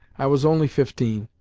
i was only fifteen,